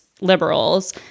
liberals